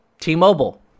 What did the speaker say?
T-Mobile